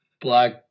black